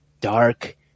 dark